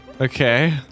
Okay